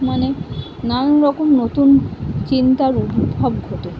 মনে নানান রকম নতুন চিন্তার উদ্ভব ঘটে